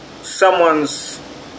someone's